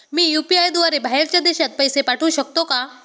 मी UPI द्वारे बाहेरच्या देशात पैसे पाठवू शकतो का?